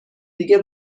دیگه